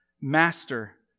Master